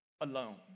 alone